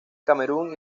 camerún